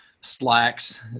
slacks